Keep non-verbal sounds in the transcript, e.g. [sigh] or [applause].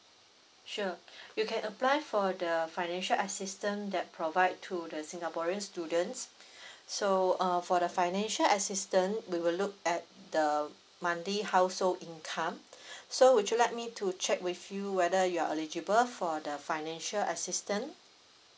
sure [breath] you can apply for the financial assistance that provide to the singaporean students [breath] so uh for the financial assistance we will look at the monthly household income [breath] so would you like me to check with you whether you are eligible for the financial assistance